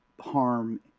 harm